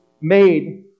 made